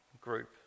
group